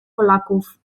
polaków